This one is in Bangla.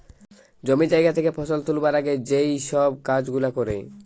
জমি জায়গা থেকে ফসল তুলবার আগে যেই সব কাজ গুলা করে